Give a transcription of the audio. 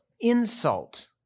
insult